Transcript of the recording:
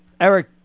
Eric